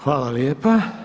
Hvala lijepa.